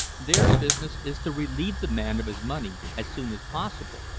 their business is to relieve the man of his money as soon as possible.